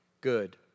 good